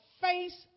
face